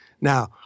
Now